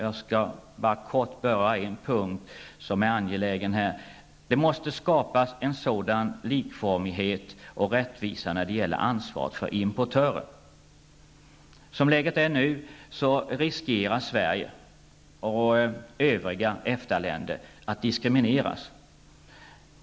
Jag skall endast kort beröra en punkt som är angelägen i detta sammanhang. Det måste skapas en sådan likformighet och rättvisa när det gäller ansvar för importörer. Som läget är nu riskerar Sverige och övriga EFTA-länder att diskrimineras.